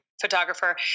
photographer